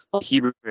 Hebrew